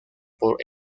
por